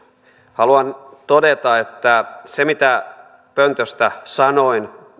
haluan todeta että sitä mitä pöntöstä sanoin